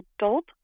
adult